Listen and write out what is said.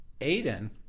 Aiden